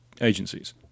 agencies